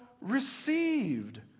received